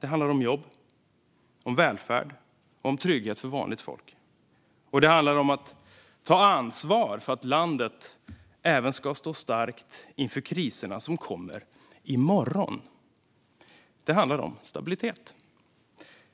Det handlar om jobb, om välfärd och om trygghet för vanligt folk, och det handlar om att ta ansvar för att landet ska stå starkt även inför kriserna som kommer i morgon. Det handlar om stabilitet.